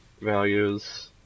values